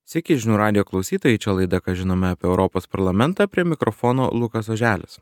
sveiki žinių radijo klausytojai čia laida ką žinome apie europos parlamentą prie mikrofono lukas oželis